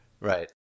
Right